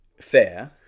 fair